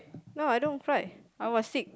now I don't cry I was sick